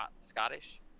Scottish